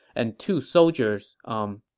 and two soldiers, umm,